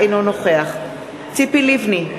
אינו נוכח ציפי לבני,